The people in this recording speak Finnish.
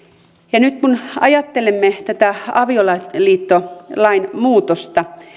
nyt kun ajattelemme tätä avioliittolain muutosta niin